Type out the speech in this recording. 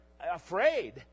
afraid